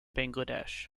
bangladesh